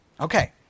okay